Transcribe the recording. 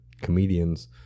comedians